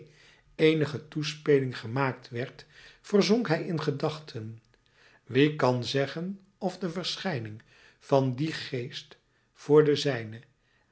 eenige toespeling gemaakt werd verzonk hij in gedachten wie kan zeggen of de verschijning van dien geest voor den zijnen